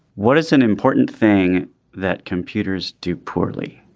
what is an important thing that computers do poorly,